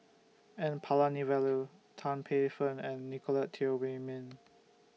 N Palanivelu Tan Paey Fern and Nicolette Teo Wei Min